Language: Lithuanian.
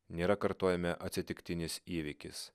nėra kartojame atsitiktinis įvykis